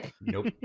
Nope